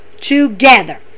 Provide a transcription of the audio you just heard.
together